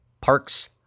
Parks